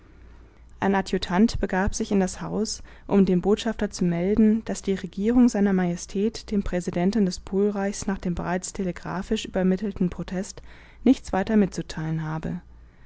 ein adjutant begab sich in das haus um dem botschafter zu melden daß die regierung seiner majestät dem präsidenten des polreichs nach dem bereits telegraphisch übermittelten protest nichts weiter mitzuteilen habe